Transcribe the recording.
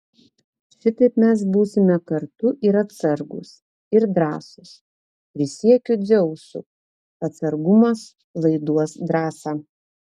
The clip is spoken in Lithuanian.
šitaip mes būsime kartu ir atsargūs ir drąsūs prisiekiu dzeusu atsargumas laiduos drąsą